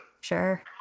Sure